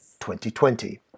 2020